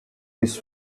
his